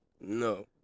No